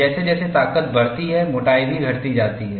जैसे जैसे ताकत बढ़ती है मोटाई भी घटती जाती है